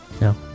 No